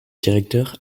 directeur